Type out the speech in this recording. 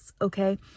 okay